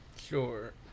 Sure